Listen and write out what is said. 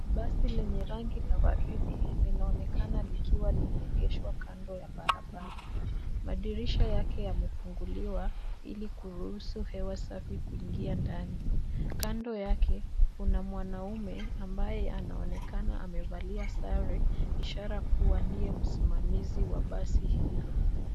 Basi lenye rangi ya waridi linaonekana likiwa limeegeshwa kando ya barabara. Madirisha yake yamefunguliwa ili kuruhusu hewa safi kuingia ndani. Kando yake, kuna mwanaume ambaye anaonekana amevalia sare , ishara kuwa ndiye msimamizi wa basi hilo.